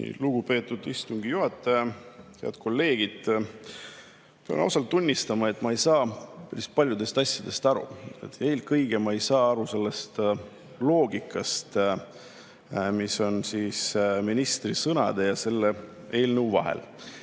Lugupeetud istungi juhataja! Head kolleegid! Pean ausalt tunnistama, et ma ei saa päris paljudest asjadest aru. Eelkõige ma ei saa aru sellest loogikast, mis on ministri sõnade ja selle eelnõu vahel.